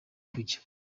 kujya